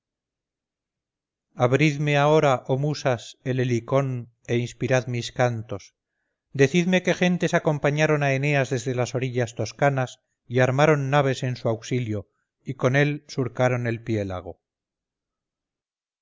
abridme ahora oh musas el helicón e inspirad mis cantos decidme qué gentes acompañaron a eneas desde las orillas toscanas y armaron naves en su auxilio y con él surcaron el piélago